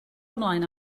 ymlaen